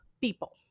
people